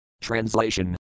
TRANSLATION